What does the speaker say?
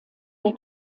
der